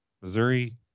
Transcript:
Missouri